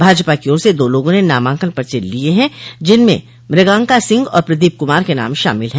भाजपा की ओर से दो लोगों ने नामांकन पर्चे लिये हैं जिनमें मृगांका सिंह और प्रदीप कुमार के नाम शामिल हैं